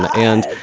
and,